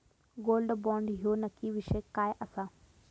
Gold bond ह्यो नक्की विषय काय आसा?